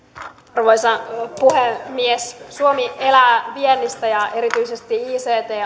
arvoisa puhemies suomi elää viennistä ja erityisesti ict